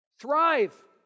Thrive